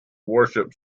worship